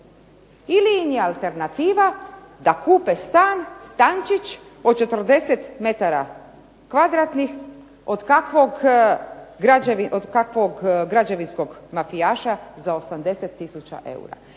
Ili im je alternativa da kupe stan, stančić od 40 metara kvadratnih od kakvog građevinskog mafijaša za 80 tisuća eura.